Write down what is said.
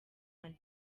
marie